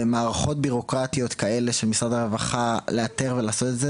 במערכות בירוקרטיות כאלה של משרד הרווחה לאתר ולעשות את זה,